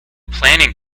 planning